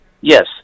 Yes